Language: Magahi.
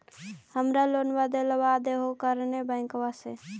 हमरा लोनवा देलवा देहो करने बैंकवा से?